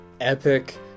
epic